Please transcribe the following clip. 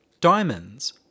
Diamonds